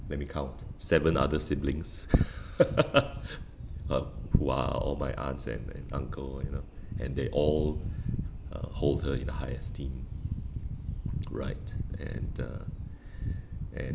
let me count seven other siblings uh who are all my aunts and and uncle you know and they all uh hold her in the high esteem right and uh and